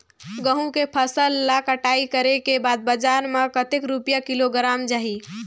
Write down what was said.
गंहू के फसल ला कटाई करे के बाद बजार मा कतेक रुपिया किलोग्राम जाही?